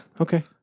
Okay